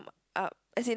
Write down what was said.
uh as in